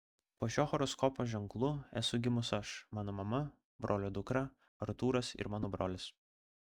po šiuo horoskopo ženklu esu gimus aš mano mama brolio dukra artūras ir mano brolis